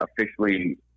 officially